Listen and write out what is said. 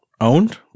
owned